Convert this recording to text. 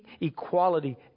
equality